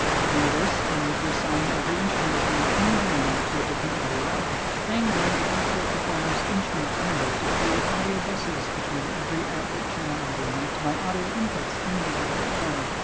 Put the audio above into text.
to do this, i need to assign every instrument channel in vienna to a different audio output, then go in to digital performer's instruments window to create audio buses between every output channel in vienna to my audio inputs in digital performer.